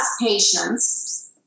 patience